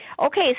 Okay